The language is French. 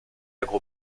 agro